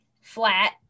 flat